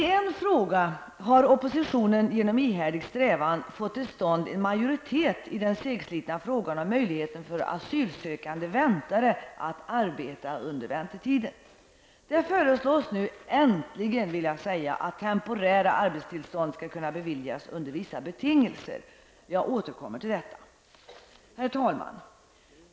Genom ihärdig strävan har oppositionen fått till stånd en majoritet i den segslitna frågan om möjligheten för asylsökande väntare att arbeta under väntetiden. Det föreslås nu äntligen att temporära arbetstillstånd skall kunna beviljas under vissa betingelser. Jag återkommer till detta. Herr talman!